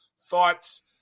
thoughts